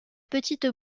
petite